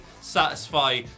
satisfy